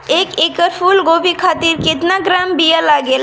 एक एकड़ फूल गोभी खातिर केतना ग्राम बीया लागेला?